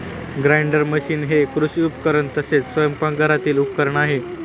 grinder machine हे कृषी उपकरण तसेच स्वयंपाकघरातील उपकरण आहे